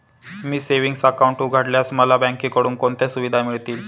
मी savings account उघडल्यास मला बँकेकडून कोणत्या सुविधा मिळतील?